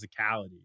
physicality